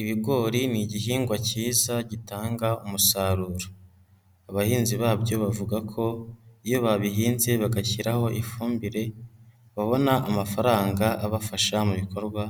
Ibigori ni igihingwa cyiza gitanga umusaruro. Abahinzi babyo bavuga ko iyo babihinbye bagashyiraho ifumbire babona amafaranga abafasha mu bikorwa